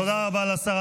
תודה רבה לשר.